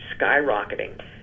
skyrocketing